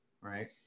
right